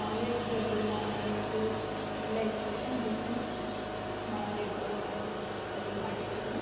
knowledgeable ಆಗಿದೆ ಇದು ಎಲ್ಲ ಹೆಚ್ಚಾಗಿದೆ ಆ್ಯಂಡ್ ಬಿಝ್ನೆಸ್ ಮೈಂಡೆಡ್ ಅಲ್ಲಿ ಮಾಡ್ಬೇಕಿದೆ